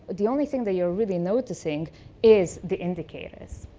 the only thing that you're really noticing is the indicators.